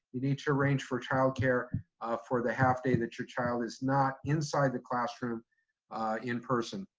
you need to arrange for childcare for the half day that your child is not inside the classroom in person.